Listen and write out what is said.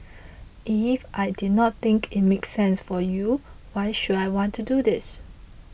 if I did not think it make sense for you why should I want to do this